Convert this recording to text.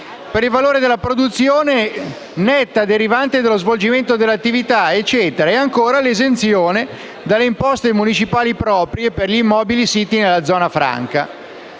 per il valore della produzione netta derivante dallo svolgimento delle attività, nonché l'esenzione dalle imposte municipali proprie per gli immobili siti nella zona franca.